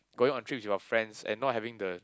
going on trips with your friends and not having the